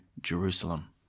Jerusalem